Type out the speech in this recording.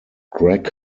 greg